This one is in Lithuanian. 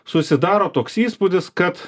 susidaro toks įspūdis kad